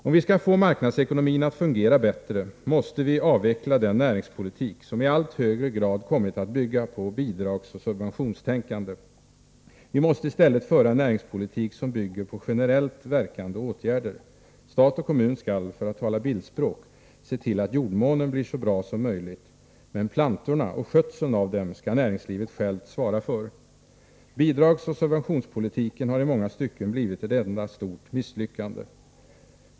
Om vi skall få marknadsekonomin att fungera bättre, måste vi avveckla den näringspolitik som i allt högre grad kommit att bygga på bidragsoch subventionstänkande. Vi måste i stället föra en näringspolitik som bygger på generellt verkande åtgärder. Stat och kommun skall, bildligt talat, se till att jordmånen blir så bra:som möjligt, men plantorna och skötseln av dem skall näringslivet självt svara för. Bidragsoch subventionspolitiken har i många stycken blivit ett enda stort misslyckande.